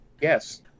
Yes